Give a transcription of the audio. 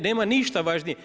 Nema ništa važnije.